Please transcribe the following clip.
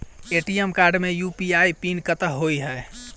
ATM card मे UPI PIN कतह होइ है?